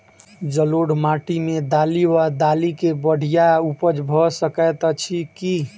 जलोढ़ माटि मे दालि वा दालि केँ बढ़िया उपज भऽ सकैत अछि की?